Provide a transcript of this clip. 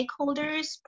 stakeholders